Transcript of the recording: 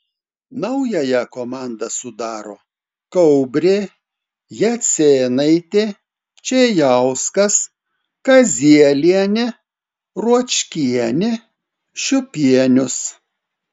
naująją komandą sudaro kaubrė jacėnaitė čėjauskas kazielienė ruočkienė šiupienius